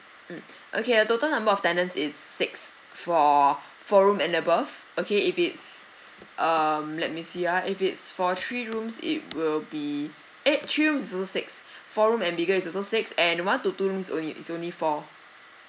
mm okay a total number of tenants is six for four room and above okay if it's um let me see ah if it's for three rooms it will be eh three room is also six four room and bigger is also six and one to two rooms only is only four